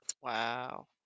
Wow